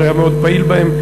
שהיה מאוד פעיל בהם,